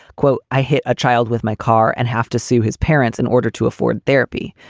quote, i hit a child with my car and have to sue his parents in order to afford therapy.